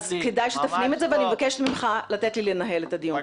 אז כדאי שתפנים את הזה ואני מבקשת ממך לתת לי לנהל את הדיון,